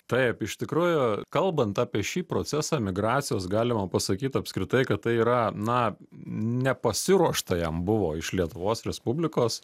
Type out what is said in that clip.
taip iš tikrųjų kalbant apie šį procesą migracijos galima pasakyt apskritai kad tai yra na nepasiruošta jam buvo iš lietuvos respublikos